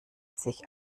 sich